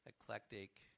eclectic